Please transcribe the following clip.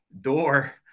door